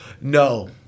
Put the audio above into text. No